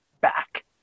back